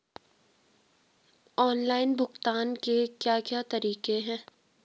Online भुगतान के क्या क्या तरीके हैं?